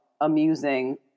amusing